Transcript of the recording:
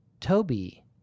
toby